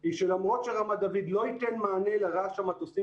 היא שרמת דוד לא ייתן מענה לרעש המטוסים